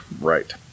Right